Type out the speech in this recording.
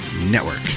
network